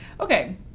Okay